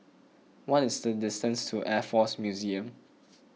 what is the distance to Air force Museum